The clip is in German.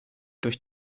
durch